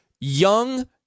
young